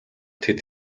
тэд